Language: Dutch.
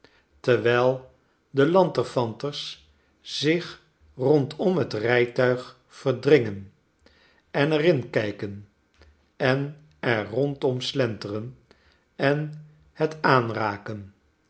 terwijl de lanterfanters zich rondom het rijtuig verdringen en er in kijken en er rondom slenteren en het aanraken